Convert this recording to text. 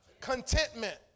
contentment